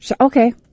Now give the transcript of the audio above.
Okay